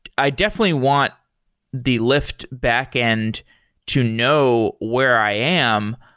i definitely want the lyft backend to know where i am,